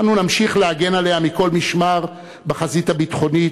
אנו נמשיך להגן עליה מכל משמר בחזית הביטחונית,